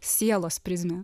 sielos prizmę